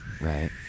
right